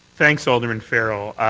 thanks, alderman farrell.